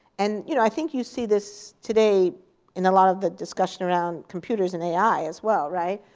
and you know i think you see this today in a lot of the discussion around computers and ai as well, right?